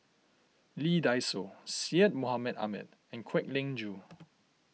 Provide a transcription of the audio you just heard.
Lee Dai Soh Syed Mohamed Ahmed and Kwek Leng Joo